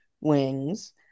wings